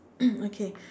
okay